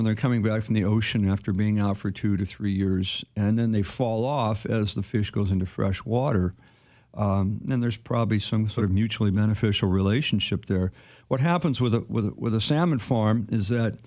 when they're coming back from the ocean after being out for two to three years and then they fall off as the fish goes into freshwater and there's probably some sort of mutually beneficial relationship there what happens with the salmon farm is that